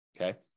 Okay